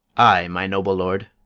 ay, my noble lord.